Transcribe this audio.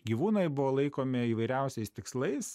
gyvūnai buvo laikomi įvairiausiais tikslais